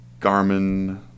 Garmin